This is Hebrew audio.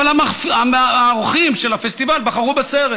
אבל האורחים של הפסטיבל בחרו בסרט.